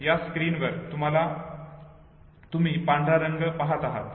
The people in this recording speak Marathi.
या स्क्रीनवर तुम्ही पांढरा रंग पाहात आहात